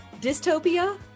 Dystopia